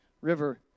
river